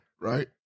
Right